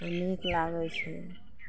ओ नीक लागय छै